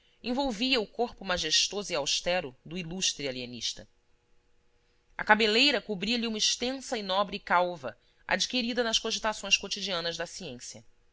envolvia o corpo majestoso e austero do ilustre alienista a cabeleira cobria-lhe uma extensa e nobre calva adquirida nas cogitações cotidianas da ciência